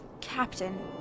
Captain